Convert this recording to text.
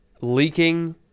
leaking